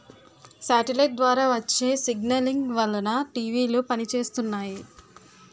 satellite ద్వారా వచ్చే signalling వలన టీవీలు పనిచేస్తున్నాయి